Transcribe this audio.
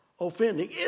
offending